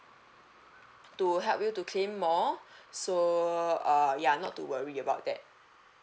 to help you to claim more so uh ya not to worry about that